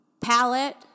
palette